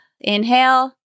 Inhale